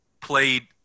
played